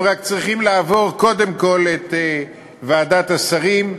הם רק צריכים לעבור קודם כול את ועדת השרים,